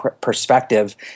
perspective